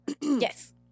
Yes